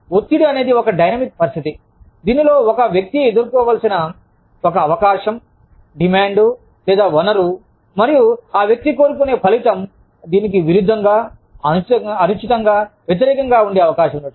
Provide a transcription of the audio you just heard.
ఒత్తిడి అనేది ఒక డైనమిక్ పరిస్థితి దీనిలో ఒక వ్యక్తి ఎదుర్కోవలసిన ఒక అవకాశం డిమాండ్ లేదా వనరు మరియు ఆ వ్యక్తి కోరుకునే ఫలితం దీనికి విరుద్ధంగా అనుచితంగా వ్యతిరేకంగా ఉండే అవకాశం ఉండడం